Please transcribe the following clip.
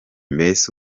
mbese